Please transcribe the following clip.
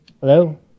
Hello